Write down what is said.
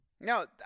No